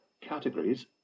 Categories